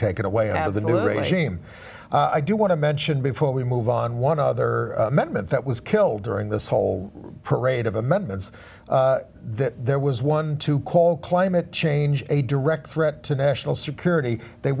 taken away out of the regime i do want to mention before we move on one other amendment that was killed during this whole parade of amendments that there was one to call climate change a direct threat to national security they